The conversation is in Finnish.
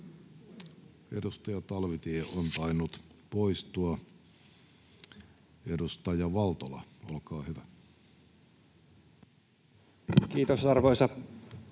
Edustaja Talvitie on tainnut poistua. — Edustaja Valtola, olkaa hyvä. Kiitos, arvoisa